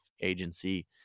agency